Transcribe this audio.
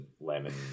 lemon